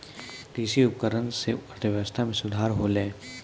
कृषि उपकरण सें अर्थव्यवस्था में सुधार होलय